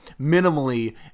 minimally